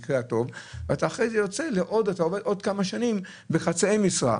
ואחרי כן הן עובדות עוד כמה שנים בחצי משרה.